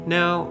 Now